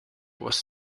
was